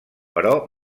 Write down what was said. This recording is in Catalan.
però